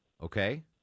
Okay